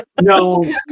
No